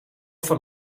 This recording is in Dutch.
van